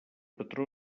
patró